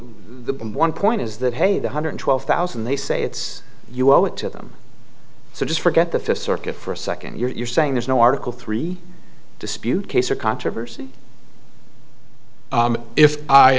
bomb one point is that hey the hundred twelve thousand they say it's you owe it to them so just forget the fifth circuit for a second you're saying there's no article three dispute case or controversy if i